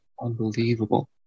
Unbelievable